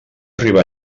arribar